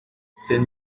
c’est